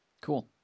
Cool